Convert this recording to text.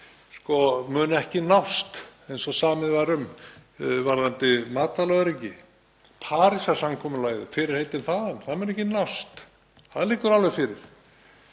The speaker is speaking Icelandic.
munu ekki nást eins og samið var um varðandi matvælaöryggi. Parísarsamkomulagið, fyrirheitin þaðan, mun ekki nást. Það liggur alveg fyrir.